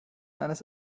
eines